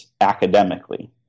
academically